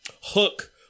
hook